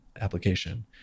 application